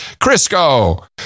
Crisco